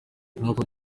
nkuko